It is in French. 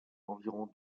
environ